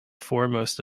foremost